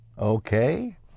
Okay